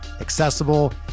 accessible